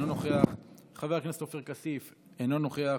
אינו נוכח,